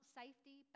safety